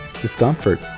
discomfort